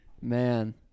Man